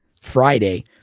Friday